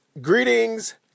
Greetings